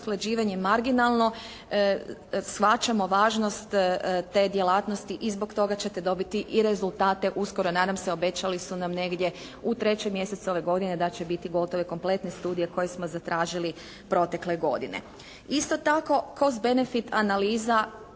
marginalno, shvaćamo važnost te djelatnosti i zbog toga ćete dobiti i rezultate uskoro nadam se, obećali su nam negdje u 3. mjesecu ove godine da će biti gotove kompletne studije koje smo zatražili protekle godine. Isto tako … /Ne razumije